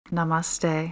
Namaste